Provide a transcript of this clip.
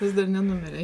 vis dar nenumirė